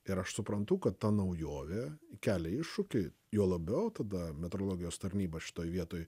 ir aš suprantu kad ta naujovė kelia iššūkį juo labiau tada metrologijos tarnyba šitoj vietoj